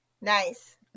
Nice